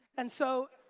and so,